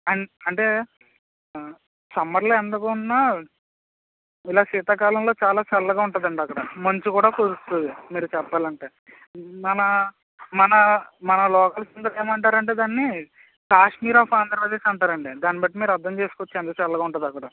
on అంటే సమ్మర్లో ఎండగా ఉన్నా ఇలా శీతాకాలంలో చాలా చల్లగా ఉంటుందండి అక్కడ మంచు కూడా కురుస్తుంది మరి చెప్పాలంటే మన మన మన లోకల్స్ అందరూ ఏమంటారంటే దాన్ని కాశ్మీర్ ఆఫ్ ఆంధ్రప్రదేశ్ అంటారండి దాన్ని బట్టి మీరు అర్థం చేసుకోవచ్చు ఎంత చల్లగా ఉంటుందో అక్కడ